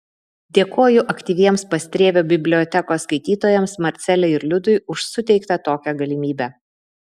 dėkoju aktyviems pastrėvio bibliotekos skaitytojams marcelei ir liudui už suteiktą tokią galimybę